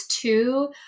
two